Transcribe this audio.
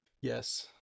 yes